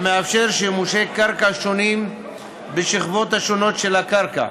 המאפשר שימושי קרקע שונים בשכבות השונות של הקרקע,